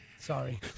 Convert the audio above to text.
Sorry